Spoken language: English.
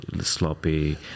sloppy